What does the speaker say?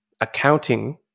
accounting